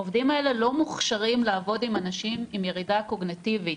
העובדים האלה לא מוכשרים לעבוד עם אנשים עם ירידה קוגניטיבית.